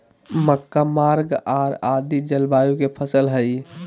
मक्का गर्म आर आर्द जलवायु के फसल हइ